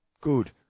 good